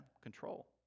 control